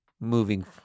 moving